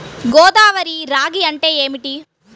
గోదావరి రాగి అంటే ఏమిటి?